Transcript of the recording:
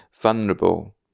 vulnerable